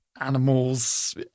Animals